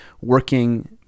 working